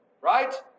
Right